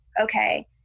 okay